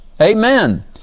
Amen